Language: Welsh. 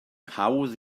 hawdd